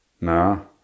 No